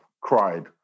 cried